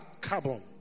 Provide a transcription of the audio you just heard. carbon